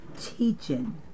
teaching